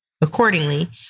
Accordingly